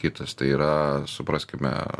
kitas tai yra supraskime